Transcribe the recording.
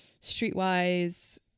streetwise